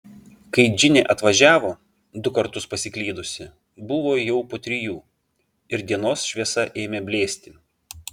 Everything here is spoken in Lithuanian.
kai džinė atvažiavo du kartus pasiklydusi buvo jau po trijų ir dienos šviesa ėmė blėsti